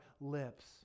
lips